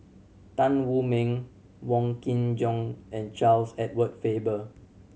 Tan Wu Meng Wong Kin Jong and Charles Edward Faber